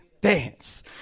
Dance